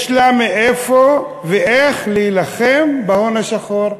יש לה מאיפה ואיך להילחם בהון השחור,